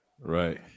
Right